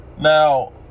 Now